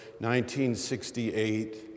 1968